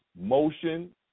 motion